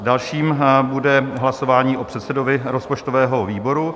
Dalším bude hlasování o předsedovi rozpočtového výboru.